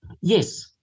Yes